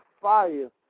fire